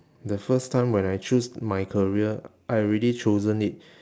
the first time when I choose my career I already chosen it